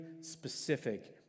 specific